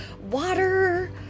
water